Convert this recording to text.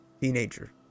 teenager